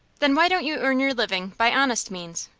then why don't you earn your living by honest means?